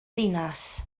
ddinas